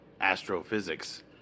astrophysics